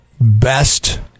best